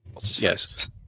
Yes